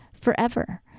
forever